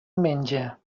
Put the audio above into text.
menja